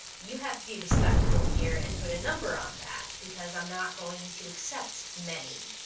you have to be respectable here and put a number on that, because i'm not going to accept many.